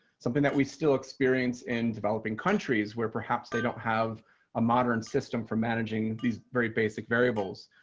something that we still experience in developing countries where perhaps they don't have a modern system for managing these very basic variables.